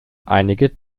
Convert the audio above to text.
einige